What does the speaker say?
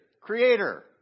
Creator